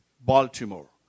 Baltimore